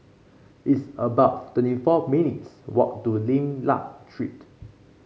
it's about twenty four minutes' walk to Lim Liak Street